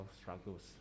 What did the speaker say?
struggles